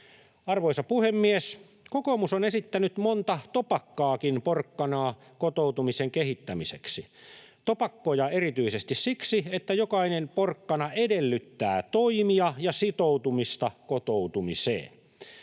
Arvoisa puhemies! Kokoomus on esittänyt monta topakkaakin porkkanaa kotoutumisen kehittämiseksi — topakkoja erityisesti siksi, että jokainen porkkana edellyttää toimia ja sitoutumista kotoutumiseen.